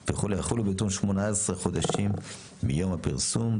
וכו' וכו' "בתום 18 חודשים מיום הפרסום.